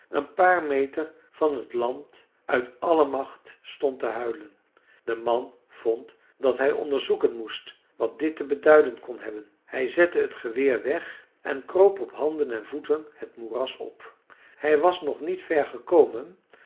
een paar meter van het land uit alle macht stond te huilen de man vond dat hij onderzoeken moest wat dit te beduiden kon hebben hij zette het geweer weg en kroop op handen en voeten het moeras op hij was nog niet ver gekomen